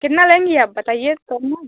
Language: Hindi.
कितना लेंगी आप बताइए तब ना